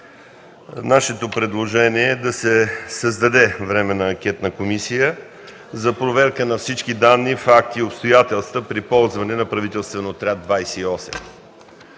Нашето предложение е да се създаде Временна анкетна комисия за проверка на всички данни, факти и обстоятелства при ползване на правителствения „Авиоотряд 28”.